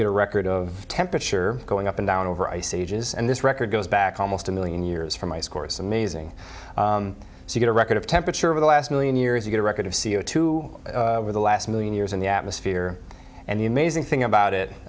get a record of temperature going up and down over ice ages and this record goes back almost a million years from ice cores amazing so you get a record of temperature over the last million years you get a record of c o two for the last million years in the atmosphere and the amazing thing about it